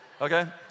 okay